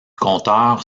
compteur